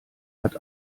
hat